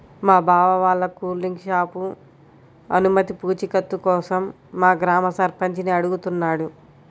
మా బావ వాళ్ళ కూల్ డ్రింక్ షాపు అనుమతి పూచీకత్తు కోసం మా గ్రామ సర్పంచిని అడుగుతున్నాడు